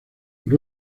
por